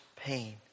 pain